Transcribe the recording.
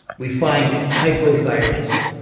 we find it, hypothyroidism,